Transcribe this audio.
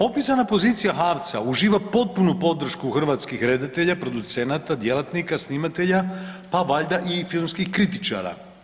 Opisana pozicija HAVC-a uživa potpunu podršku hrvatskih redatelja, producenata, djelatnika, snimatelja pa valjda i filmskih kritičara.